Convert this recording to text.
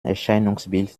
erscheinungsbild